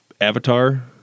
avatar